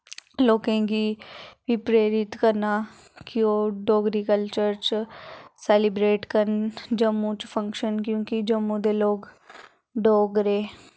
लोकें गी फ्ही प्रेरित करना कि ओह् डोगरी कल्चर च सैलिब्रेट करन जम्मू च फंक्शन क्योंकि जम्मू दे लोग डोगरे